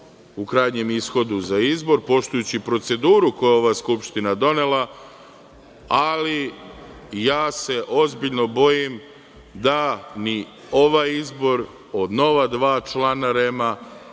u krajnjem ishodu, za izbor, poštujući proceduru koju je ova Skupština donela. Ali, ja se ozbiljno bojim da ni ovaj izbor od nova dva člana REM